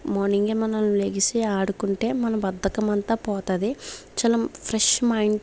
morning ఏ మనం లెగిసి ఆడుకుంటే మన బద్ధకం అంతా పోతుంది చాలా ఫ్రెష్ మైండ్